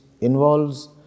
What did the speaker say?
involves